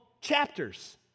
chapters